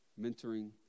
mentoring